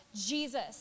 Jesus